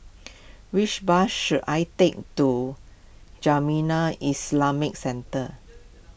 which bus should I take to Jamiyah Islamic Centre